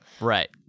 right